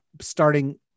starting